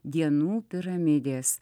dienų piramidės